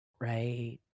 Right